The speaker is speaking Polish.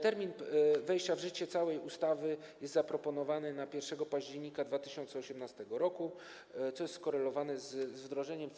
Termin wejścia w życie całej ustawy jest zaproponowany na 1 października 2018 r., co jest skorelowane z wdrożeniem